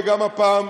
וגם הפעם,